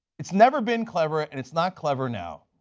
it's never been clever and it's not clever now.